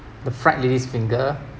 the fried lady's finger